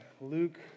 Luke